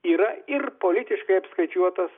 yra ir politiškai apskaičiuotas